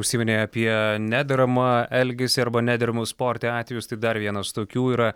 užsiminei apie nederamą elgesį arba nederamus sporte atvejus tai dar vienas tokių yra